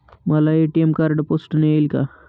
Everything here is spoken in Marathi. मला ए.टी.एम कार्ड पोस्टाने येईल का?